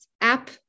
app